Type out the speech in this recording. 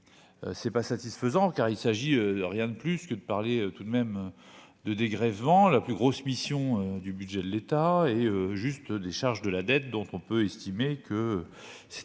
c'est pas satisfaisant car il s'agit de rien de plus que de parler tout de même de dégrèvement, la plus grosse mission du budget de l'État et juste des charges de la dette, dont on peut estimer que c'est